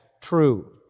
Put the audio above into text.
true